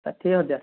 ଷାଠିଏ ହଜାର